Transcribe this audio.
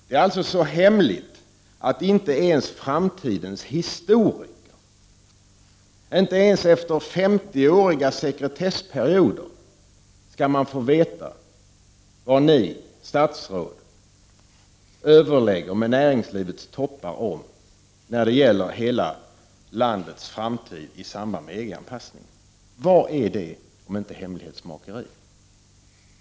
Det är alltså så hemligt att inte ens framtidens historiker efter 50-åriga sekretessperioder skall få veta vad statsråden överlägger med näringslivets toppar om när det gäller hela landets framtid i samband med EG-anpassningen. Vad är det, om inte hemlighetsmakeri?